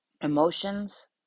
emotions